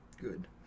Good